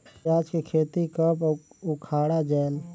पियाज के खेती कब अउ उखाड़ा जायेल?